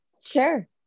sure